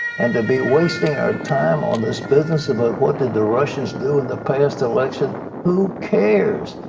and to be wasting our time on this business about what did the russians do in the past election who cares?